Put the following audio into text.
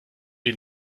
den